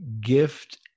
gift